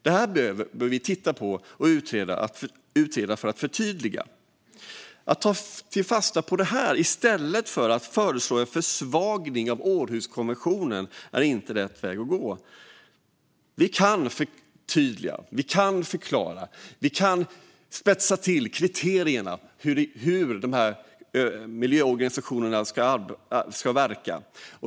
Detta bör vi titta på och utreda för att förtydliga. Att ta fasta på detta i stället för att föreslå en försvagning av Århuskonventionen är den väg vi borde gå. Vi kan förtydliga och förklara och spetsa till kriterierna för hur miljöorganisationerna ska verka.